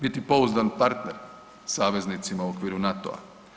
Biti pouzdan partner saveznicima u okviru NATO-a.